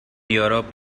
europe